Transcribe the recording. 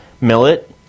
Millet